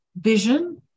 vision